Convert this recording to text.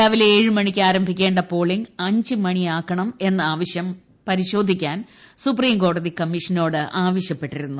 രാവിലെ ഏഴ് മണിക്ക് ആരംഭിക്കേണ്ട പോളിംഗ് അഞ്ച് മണിയാക്കണം എന്ന ആവശ്യം പരിശോധിക്കാൻ സുപ്രീംകോടതി കമ്മീഷനോട് ആവശ്യപ്പെട്ടിരുന്നു